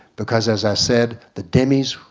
because as i said the dhimmis,